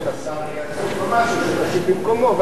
השר יהיה עסוק במשהו ותשיב במקומו,